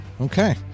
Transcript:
Okay